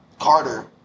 Carter